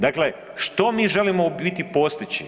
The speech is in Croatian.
Dakle, što mi želimo u biti postići?